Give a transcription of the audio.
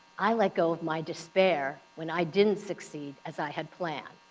i let go of my despair when i didn't succeed as i had planned.